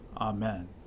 Amen